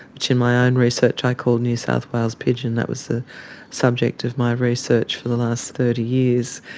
which in my own research i call new south wales pidgin, that was the subject of my research for the last thirty years,